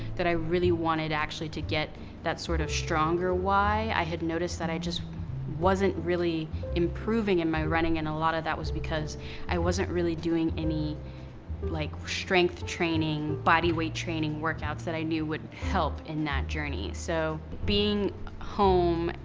that i really wanted actually to get that sort of stronger why. i had noticed that i just wasn't really improving in my running and a lot of that was because i wasn't really doing like any like strength training, bodyweight training workouts that i knew would help in that journey. so, being home,